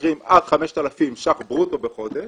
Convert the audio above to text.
משתכרים עד 5,000 שקלים ברוטו בחודש